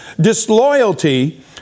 Disloyalty